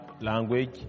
language